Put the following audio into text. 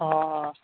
অঁ অঁ